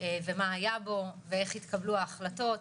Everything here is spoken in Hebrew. איך התקבלו ההחלטות,